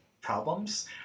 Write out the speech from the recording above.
problems